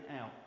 out